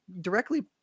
directly